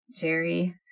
Jerry